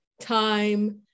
time